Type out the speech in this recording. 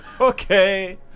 Okay